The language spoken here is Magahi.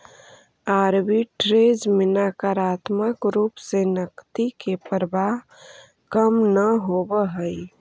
आर्बिट्रेज में नकारात्मक रूप से नकदी के प्रवाह कम न होवऽ हई